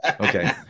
Okay